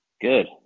Good